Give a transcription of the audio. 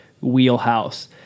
wheelhouse